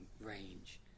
range